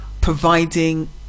providing